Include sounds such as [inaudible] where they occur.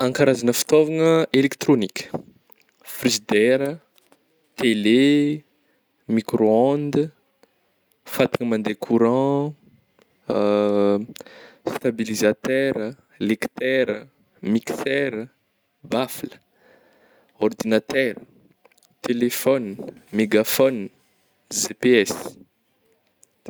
[noise] An karazagna fitaovagna elektrônika frizidera, tele, micro-onde, fatagna mandeha courant [hesitation] stablizatera, lektera, mixera, bafle, ôrdinatera, telephone, megaphone, GPS.